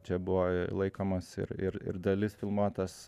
čia buvo i laikomas ir ir ir dalis filmuotos